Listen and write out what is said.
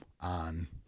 on